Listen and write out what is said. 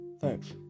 thanks